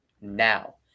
now